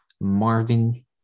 Marvin